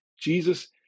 Jesus